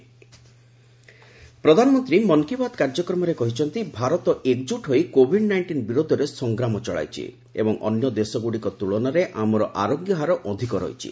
PM ପ୍ରଧାନମନ୍ତ୍ରୀ ମନ୍ କୀ ବାତ୍ କାର୍ଯ୍ୟକ୍ରମରେ କହିଛନ୍ତି ଭାରତ ଏକଜ୍ରଟ୍ ହୋଇ କୋଭିଡ୍ ନାଇଷ୍ଟିନ୍ ବିରୋଧରେ ସଂଗ୍ରାମ ଚଳାଇଛି ଏବଂ ଅନ୍ୟ ଦେଶଗୁଡ଼ିକ ତୁଳନାରେ ଆମର ଆରୋଗ୍ୟ ହାର ଅଧିକ ରହିଛି